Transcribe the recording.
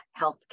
healthcare